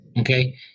okay